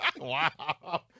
Wow